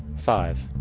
five.